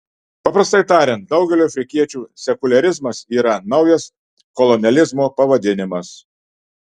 paprastai tariant daugeliui afrikiečių sekuliarizmas yra naujas kolonializmo pavadinimas